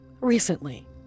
recently